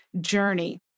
journey